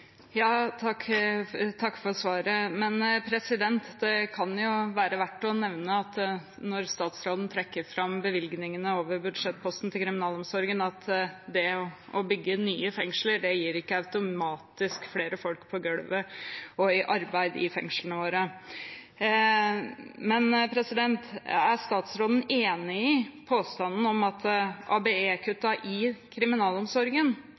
Når statsråden trekker fram bevilgningene til kriminalomsorgen over budsjettposten, kan det være verdt å nevne at det å bygge nye fengsler ikke automatisk gir flere folk på «gølvet» og i arbeid i fengslene våre. Men er statsråden enig i påstanden om at ABE-kuttene i kriminalomsorgen